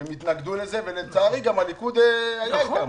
הם התנגדו לזה ולצערי גם הליכוד היה איתם.